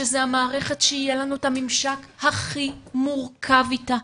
שזו המערכת יהיה לנו את הממשק הכי מורכב איתה,